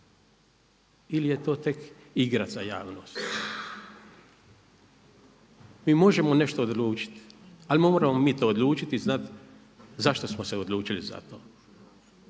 ili je to tek igra za javnost. Mi možemo nešto odlučiti, ali moramo mi to odlučiti, znati zašto smo se odlučili za to.